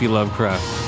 Lovecraft